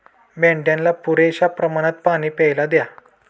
मेंढ्यांना पुरेशा प्रमाणात पाणी प्यायला द्या